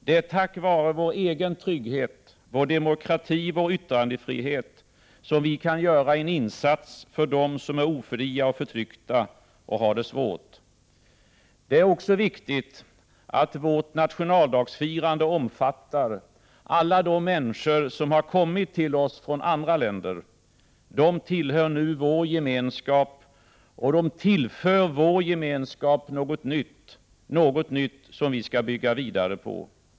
Det är tack vare vår egen trygghet, vår demokrati, vår yttrandefrihet, som vi kan göra en insats för dem som är ofria och förtryckta och har det svårt. Det är också viktigt att vårt nationaldagsfirande också omfattar alla de människor som kommit till oss från andra länder. De tillhör nu vår gemenskap. Och de tillför vår gemenskap något nytt. Något nytt, som vi skall bygga vidare på.